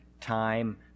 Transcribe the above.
time